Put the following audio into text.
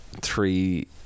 Three